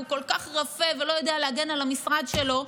והוא כל כך רפה ולא יודע להגן על המשרד שלו,